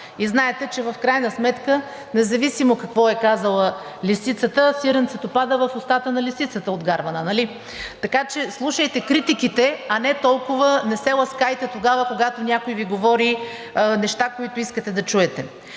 Знаете, че в крайна сметка, независимо какво е казала лисицата, сиренцето пада в устата на лисицата от гарвана, нали? Така че слушайте критиките, а не се ласкайте тогава, когато някой Ви говори неща, които искате да чуете.